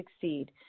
succeed